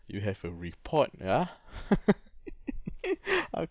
you have a report ya ah